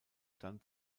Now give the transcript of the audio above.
dann